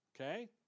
okay